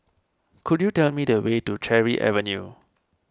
could you tell me the way to Cherry Avenue